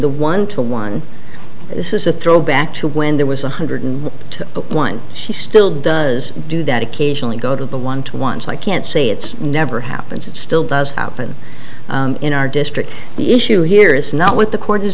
the one two one this is a throwback when there was one hundred to one she still does do that occasionally go to the one to one so i can't say it's never happens it still does out there in our district the issue here is not what the court is